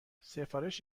سفارش